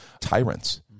tyrants